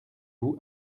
vous